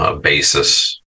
basis